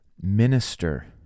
minister